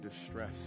distress